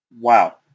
Wow